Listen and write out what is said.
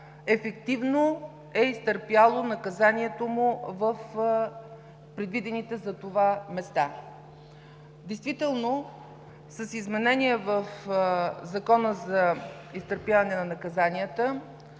ефективно е изтърпяло наказанието му в предвидените за това места. Действително с изменения в Закона за изтърпяване на наказанията